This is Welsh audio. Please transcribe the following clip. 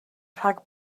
rhag